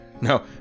no